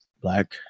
Black